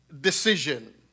decision